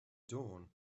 dawn